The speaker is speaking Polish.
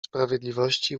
sprawiedliwości